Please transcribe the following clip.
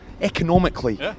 economically